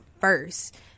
first